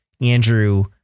Andrew